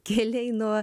keliai nuo